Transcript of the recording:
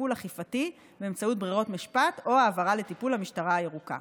טיפול אכיפתי באמצעות ברירות משפט או העברה לטיפול המשטרה הירוקה,